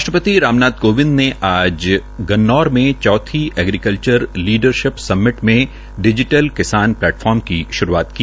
राष्ट्रपति रामनाथ कोविंद ने आज गन्नौर में चौथी एग्रीकल्चर लीडिरशिप समिट में डिजीटल किसान प्लेटफार्म की श्रूआत की